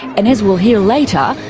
and as we'll hear later,